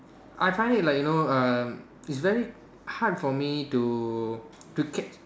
I find it like you know um it's very hard for me to to catch